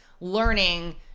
learning